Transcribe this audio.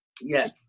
yes